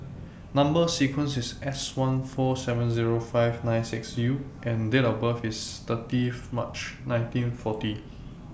Number sequence IS S one four seven Zero five nine six U and Date of birth IS thirty of March nineteen forty